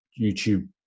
YouTube